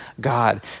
God